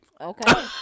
okay